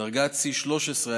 עד דרגת שיא 13,